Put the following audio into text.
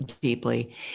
deeply